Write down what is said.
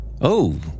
Oh